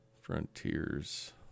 Frontiers